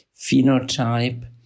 phenotype